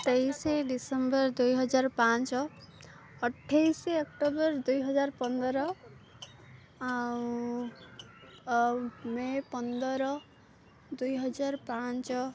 ତେଇଶ ଡିସେମ୍ବର ଦୁଇହଜାର ପାଞ୍ଚ ଅଠେଇଶ ଅକ୍ଟୋବର ଦୁଇହଜାର ପନ୍ଦର ଆଉ ମେ ପନ୍ଦର ଦୁଇହଜାର ପାଞ୍ଚ